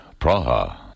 Praha